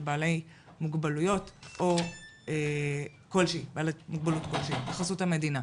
בבעלי מוגבלות כלשהי בחסות המדינה.